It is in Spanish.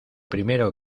primero